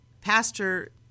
Pastor